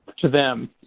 to them.